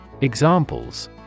Examples